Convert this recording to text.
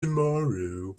tomorrow